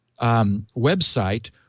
website